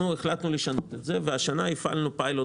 אנחנו החלטנו לשנות זאת והשנה הפעלנו פיילוט